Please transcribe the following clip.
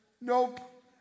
nope